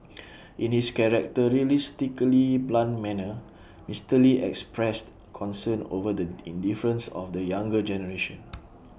in his characteristically blunt manner Mister lee expressed concern over the indifference of the younger generation